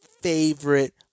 favorite